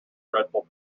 dreadful